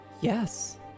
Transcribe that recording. Yes